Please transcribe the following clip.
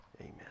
Amen